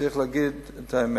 צריך להגיד את האמת.